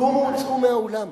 קומו וצאו מהאולם,